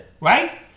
right